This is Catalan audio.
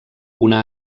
una